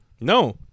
No